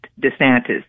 DeSantis